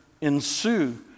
ensue